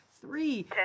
Three